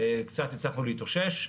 הצלחנו קצת להתאושש,